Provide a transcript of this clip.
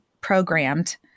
programmed